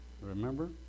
Remember